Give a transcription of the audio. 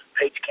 Page